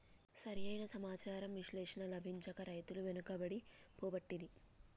సరి అయిన సమాచార విశ్లేషణ లభించక రైతులు వెనుకబడి పోబట్టిరి